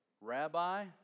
Rabbi